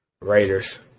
Raiders